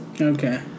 Okay